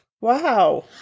Wow